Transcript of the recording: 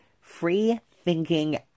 free-thinking